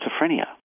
schizophrenia